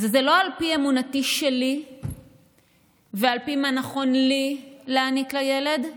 אז זה לא על פי אמונתי שלי ועל פי מה נכון לי להעניק לילד,